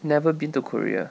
never been to korea